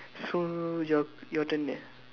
so your your turn